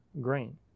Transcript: grain